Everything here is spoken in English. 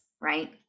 right